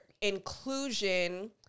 inclusion